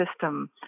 system